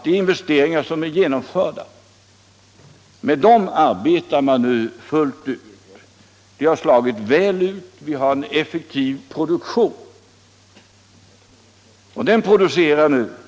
De investeringar som har gjorts har slagit väl ut, och produktionen är effektiv.